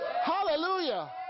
Hallelujah